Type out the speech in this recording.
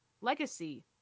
legacy